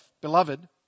Beloved